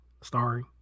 starring